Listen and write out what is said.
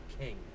king